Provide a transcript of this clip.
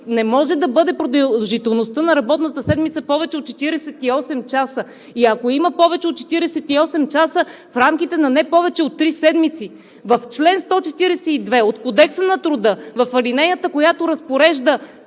се казва, че продължителността на работната седмица не може да бъде повече от 48 часа, и ако има повече от 48 часа – в рамките на не повече от три седмици. В чл. 142 от Кодекса на труда в алинеята, която разпорежда